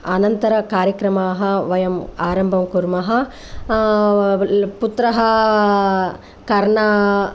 अनन्तरकार्यक्रमाः वयं आरम्भं कुर्मः पुत्रः कर्णा